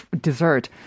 dessert